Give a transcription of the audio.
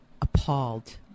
appalled